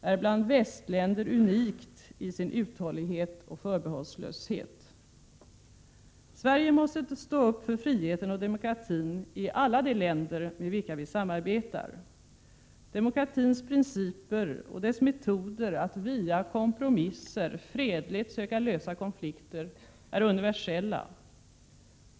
är bland västländer unikt i sin uthållighet och förbehållslöshet. Sverige måste stå upp för friheten och demokratin i alla de länder med vilka vi samarbetar. Demokratins principer och dess metoder att via kompromisser fredligt söka lösa konflikter är universella.